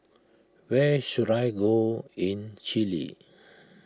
where should I go in Chile